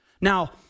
Now